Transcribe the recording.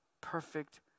perfect